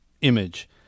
image